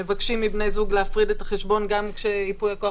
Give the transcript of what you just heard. מבקשים מבני זוג להפריד את החשבון גם כשייפוי הכוח